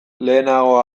lehenago